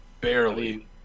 Barely